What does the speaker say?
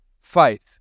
faith